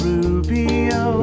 Rubio